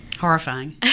Horrifying